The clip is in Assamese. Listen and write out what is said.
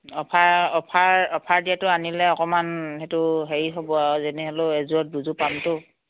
অফাৰ অফাৰ অফাৰ দিয়াটো আনিলে অকণমান সেইটো হেৰি হ'ব আৰু যেনেহ'লেও এযোৰত দুযোৰ পামতো